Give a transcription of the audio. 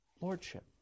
lordship